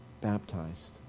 baptized